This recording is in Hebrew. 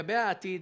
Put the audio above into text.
לגבי העתיד,